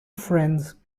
friends